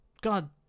God